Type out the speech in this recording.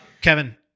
Kevin